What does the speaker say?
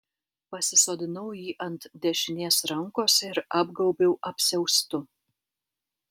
pasisodinau jį ant dešinės rankos ir apgaubiau apsiaustu